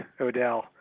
Odell